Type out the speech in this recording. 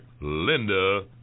Linda